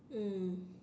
mm